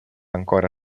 ancora